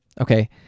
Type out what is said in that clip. okay